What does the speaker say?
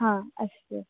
हा अस्तु